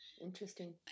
interesting